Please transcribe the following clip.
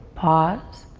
pause.